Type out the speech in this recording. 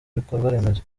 ibikorwaremezo